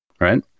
right